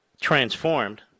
transformed